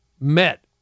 met